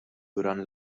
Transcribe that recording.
durant